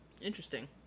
Interesting